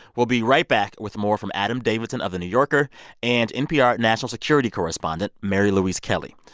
we'll be right back with more from adam davidson of the new yorker and npr national security correspondent mary louise kelly.